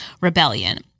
rebellion